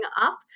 up